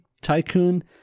tycoon